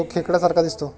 तो खेकड्या सारखा दिसतो